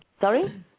Sorry